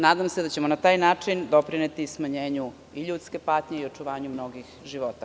Nadam se da ćemo na taj način doprineti smanjenju ljudske patnje i očuvanju mnogih života.